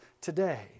today